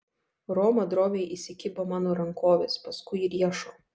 roma droviai įsikibo mano rankovės paskui riešo